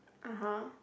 (uh huh)